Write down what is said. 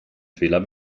fehler